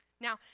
Now